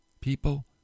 people